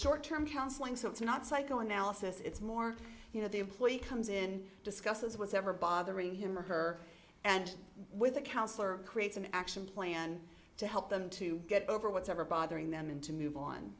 short term counseling so it's not psychoanalysis it's more you know the employee comes in discusses whatever bothering him or her and with a counsellor creates an action plan to help them to get over whatever bothering them and to move on